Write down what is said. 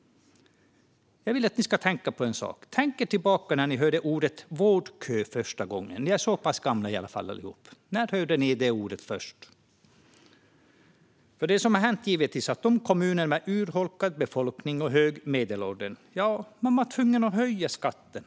Jag vill att ni ska tänka tillbaka till när ni hörde ordet vårdkö första gången. När hörde ni det ordet först? Det som hände var att kommuner med urholkad befolkning och hög medelålder givetvis blev tvungna att höja skatterna.